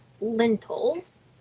lentils